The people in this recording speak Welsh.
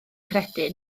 credu